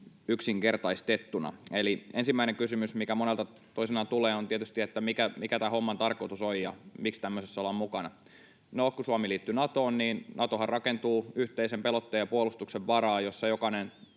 yksinkertaistettuna. Eli ensimmäinen kysymys, mikä monelta toisinaan tulee, on tietysti, että mikä tämän homman tarkoitus on ja miksi tämmöisessä ollaan mukana. No, kun Suomi liittyi Natoon, niin Natohan rakentuu yhteisen pelotteen ja puolustuksen varaan, jossa jokainen